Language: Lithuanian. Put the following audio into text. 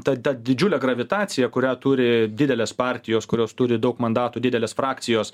ta ta didžiulė gravitacija kurią turi didelės partijos kurios turi daug mandatų didelės frakcijos